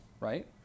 Right